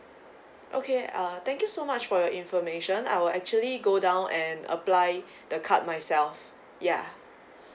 okay uh thank you so much for your information I will actually go down and apply the card myself yeah